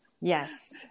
Yes